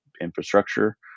infrastructure